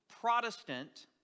Protestant